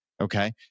Okay